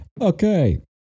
Okay